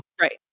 Right